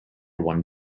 one